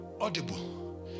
audible